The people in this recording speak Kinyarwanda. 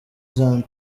zion